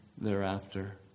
thereafter